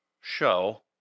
show